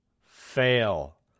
fail